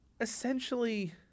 essentially